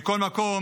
מכל מקום,